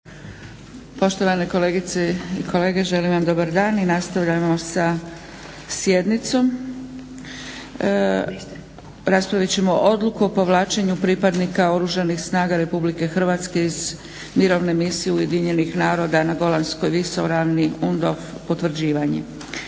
Poštovane kolegice i kolege, želim vam dobar dan i nastavljamo sa sjednicom. Raspravit ćemo - Odluka o povlačenju pripadnika Oružanih snaga Republike Hrvatske iz Mirovne misije Ujedinjenih naroda na Golanskoj visoravni (UNDOF) – potvrđivanje